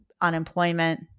unemployment